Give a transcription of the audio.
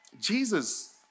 Jesus